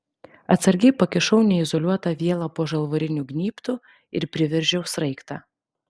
atsargiai pakišau neizoliuotą vielą po žalvariniu gnybtu ir priveržiau sraigtą